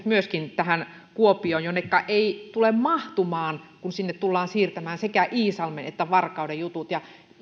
myöskin työntekijöitten matkakustannukset kuopioon jonneka ei tule mahtumaan kun sinne tullaan siirtämään sekä iisalmen että varkauden jutut